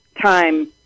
time